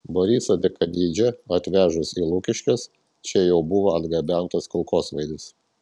borisą dekanidzę atvežus į lukiškes čia jau buvo atgabentas kulkosvaidis